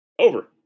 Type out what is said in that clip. Over